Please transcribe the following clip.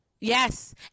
Yes